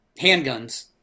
handguns